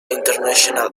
international